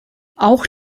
auch